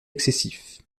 excessifs